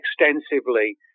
extensively